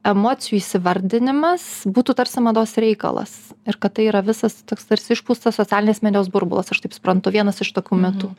emocijų įsivardinimas būtų tarsi mados reikalas ir kad tai yra visas toks tarsi išpūstas socialinės medijos burbulas aš taip suprantu vienas iš tokių mitų